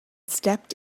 stepped